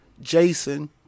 Jason